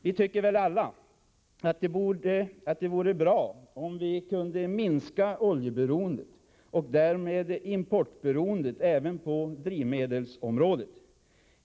Vi tycker väl alla att det vore bra om vi kunde minska oljeberoendet och därmed importberoendet även på drivmedelsområdet.